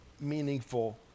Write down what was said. meaningful